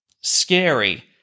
scary